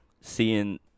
seeing